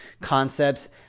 concepts